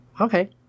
Okay